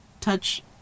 Touch